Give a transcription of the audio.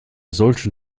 solchen